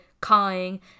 cawing